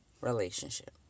relationship